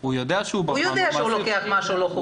--- הוא יודע שהוא לוקח משהו לא חוקי, נכון?